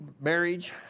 marriage